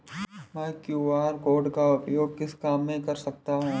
मैं QR code का उपयोग किस काम में कर सकता हूं?